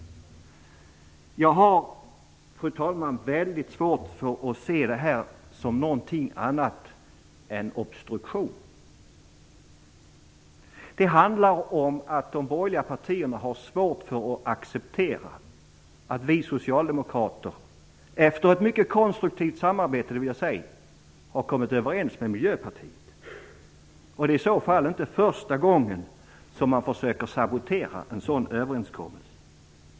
Fru talman! Jag har mycket svårt att se detta som någonting annat än obstruktion. Det handlar om att de borgerliga partierna har svårt att acceptera att vi socialdemokrater efter ett mycket konstruktivt samarbete - det vill jag säga - har kommit överens med Miljöpartiet. Det är i så fall inte första gången som man försöker sabotera en sådan överenskommelse.